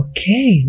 Okay